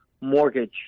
mortgage